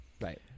Right